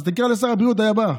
אז תקרא לשר הבריאות, היה בא.